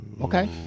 okay